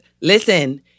listen